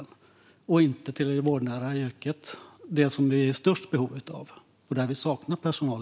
Och pengarna går inte till vårdnära yrken, som vi är i störst behov av och där vi i dag saknar personal.